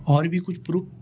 اور بھی کچھ پروپ